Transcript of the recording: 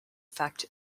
effect